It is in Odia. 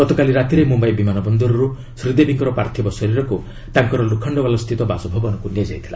ଗତକାଲି ରାତିରେ ମୁମ୍ଘାଇ ବିମାନ ବନ୍ଦରରୁ ଶ୍ରୀଦେବୀଙ୍କ ପାର୍ଥିବ ଶରୀରକୁ ତାଙ୍କ ଲୋଖାଣ୍ଡୱାଲ୍ସ୍ଥିତ ବାସଭବନକୁ ନିଆଯାଇଥିଲା